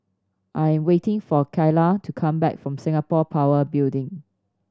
I am waiting for Kaia to come back from Singapore Power Building